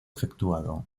efectuado